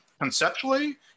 conceptually